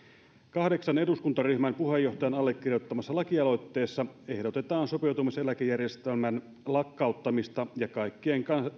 kahdeksan eduskuntaryhmän puheenjohtajan allekirjoittamassa lakialoitteessa ehdotetaan sopeutumiseläkejärjestelmän lakkauttamista ja kaikkien